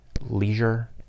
leisure